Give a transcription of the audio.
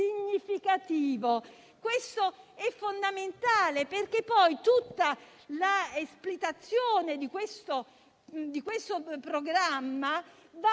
significativo. Questo è fondamentale, perché tutta l'espletazione di questo programma va